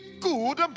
good